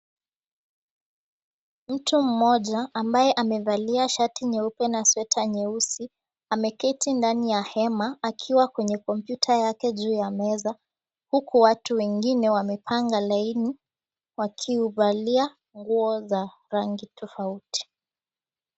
Mtu mmoja ambaye amevalia shati nyeupe na sweta nyeusi ameketi ndani ya hema akiwa kwenye kompyuta yake juu ya meza huku watu wengine wamepanga laini wakivalia nguo za rangi tofauti .